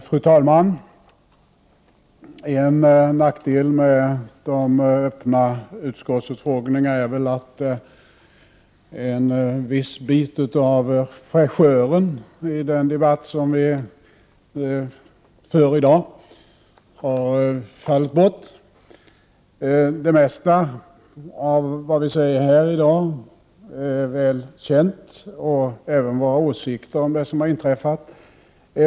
Fru talman! En nackdel med de öppna utskottsutfrågningarna är väl att en viss del av fräschören i den debatt som förs i dag faller bort. Det mesta av vad vi säger här är väl känt. Det gäller också våra åsikter om vad som har inträffat.